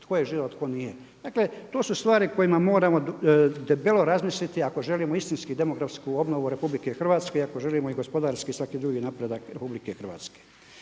tko je Židov a tko nije? Dakle, tu su stvari kojima moramo debelo razmisliti ako želimo istinski demografsku obnovu RH, ako želimo i gospodarski i svaki drugi napredak RH. Dakle,